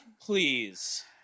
please